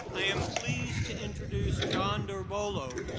i am pleased to introduce jon dorbolo,